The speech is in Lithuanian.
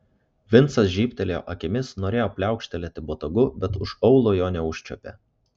vincas žybtelėjo akimis norėjo pliaukštelėti botagu bet už aulo jo neužčiuopė